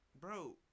bro